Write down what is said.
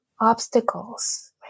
obstacles